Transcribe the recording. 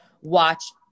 watch